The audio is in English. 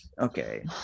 okay